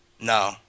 No